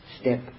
step